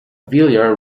billiard